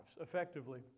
effectively